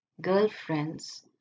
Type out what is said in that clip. girlfriends